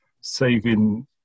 saving